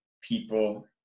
people